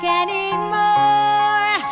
anymore